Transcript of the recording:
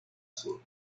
sur